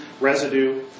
residue